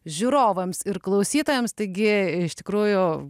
žiūrovams ir klausytojams taigi iš tikrųjų